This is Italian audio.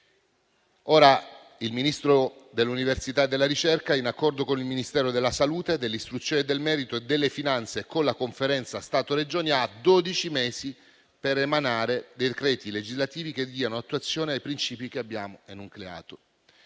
ora il Ministro dell'università e della ricerca, in accordo con il Ministero della salute, dell'istruzione e del merito e quello delle finanze con la conferenza Stato-Regioni, ha dodici mesi per emanare i decreti legislativi che diano attuazione ai principi che abbiamo enucleato.